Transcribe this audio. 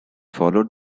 followed